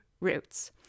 roots